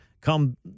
come